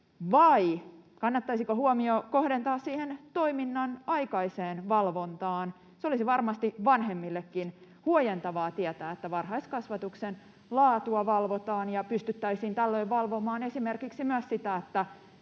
vai kannattaisiko huomio kohdentaa toiminnanaikaiseen valvontaan. Olisi varmasti vanhemmillekin huojentavaa tietää, että varhaiskasvatuksen laatua valvotaan, ja tällöin pystyttäisiin valvomaan esimerkiksi myös sitä,